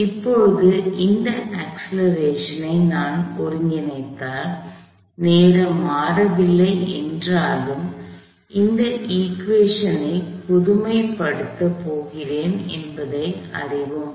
இப்போது இந்த அக்ஸ்லரேஷன் ஐ நான் ஒருங்கிணைத்தால் நேரம் மாறவில்லை என்றாலும் இந்தச் இஃகுவேஷன் ஐ பொதுமைப்படுத்தப் போகிறேன் என்பதை அறிவோம்